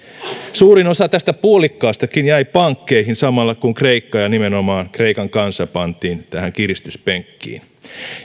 suurin osa tästä puolikkaastakin jäi pankkeihin samalla kun kreikka ja nimenomaan kreikan kansa pantiin tähän kiristyspenkkiin